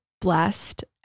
blessed